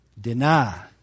Deny